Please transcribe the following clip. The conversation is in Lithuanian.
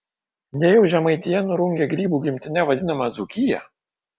nejau žemaitija nurungė grybų gimtine vadinamą dzūkiją